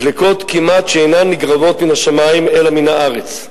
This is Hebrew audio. דלקות כמעט שאינן נגרמות מן השמים, אלא מן הארץ.